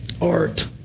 Art